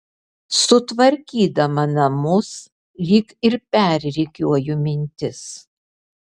sutvarkydama namus lyg ir perrikiuoju mintis